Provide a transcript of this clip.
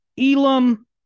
Elam